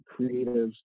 creatives